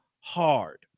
hard